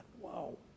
Wow